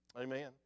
Amen